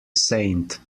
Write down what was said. saint